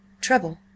Trouble